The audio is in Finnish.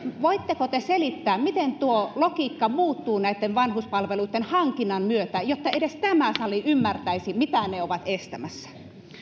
voitteko te selittää miten tuo logiikka muuttuu näitten vanhuspalveluitten hankinnan myötä jotta edes tämä sali ymmärtäisi mitä he ovat estämässä